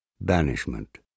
Banishment